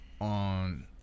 on